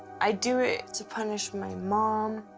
i do it to punish my mom.